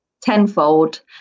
tenfold